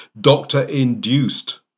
doctor-induced